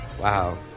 Wow